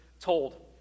told